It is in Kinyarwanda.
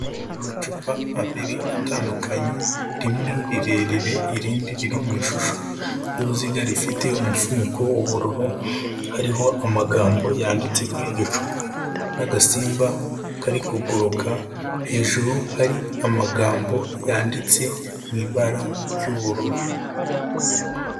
Amacupa abiri atandukanye, rimwe rirerire irindi riri mu ishusho y'uruziga rifite umufuniko w'ubururu, hariho amagambo yanditse kuri iryo cupa n'agasimba kari kuguruka, hejuru hari amagambo yanditse mu ibara ry'ubururu.